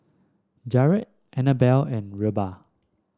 Jarret Annabell and Reba